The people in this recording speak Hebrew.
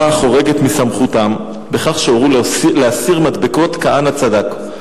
החורגת מסמכותם בכך שהורו להסיר מדבקות "כהנא צדק",